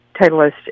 Titleist